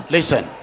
Listen